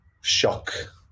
shock